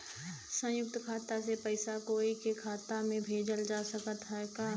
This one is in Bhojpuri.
संयुक्त खाता से पयिसा कोई के खाता में भेजल जा सकत ह का?